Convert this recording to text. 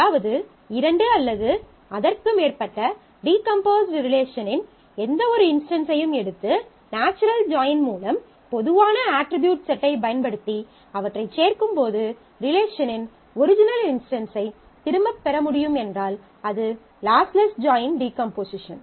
அதாவது இரண்டு அல்லது அதற்கு மேற்பட்ட டீகம்போஸ்ட் ரிலேஷனின் எந்தவொரு இன்ஸ்டன்ஸையும் எடுத்து நாச்சுரல் ஜாயின் மூலம் பொதுவான அட்ரிபியூட் செட்டைப் பயன்படுத்தி அவற்றைச் சேர்க்கும் போது ரிலேஷனின் ஒரிஜினல் இன்ஸ்டன்ஸைத் திரும்பப் பெற முடியும் என்றால் அது லாஸ்லெஸ் ஜாயின் டீகம்போசிஷன்